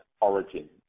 origin